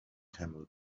camel